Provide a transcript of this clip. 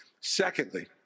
Secondly